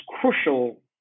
crucial